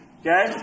okay